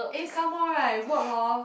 eh some more right work hor